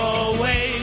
away